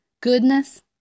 goodness